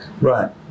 Right